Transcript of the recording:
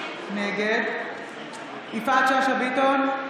נגד יפעת שאשא ביטון,